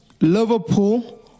Liverpool